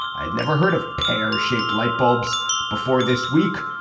i had never heard of pear shaped light bulbs before this week.